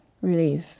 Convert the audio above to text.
relief